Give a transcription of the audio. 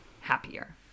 happier